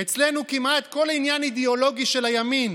אצלנו כמעט כל עניין אידיאולוגי, של הימין,